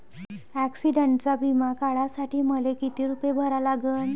ॲक्सिडंटचा बिमा काढा साठी मले किती रूपे भरा लागन?